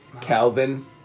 Calvin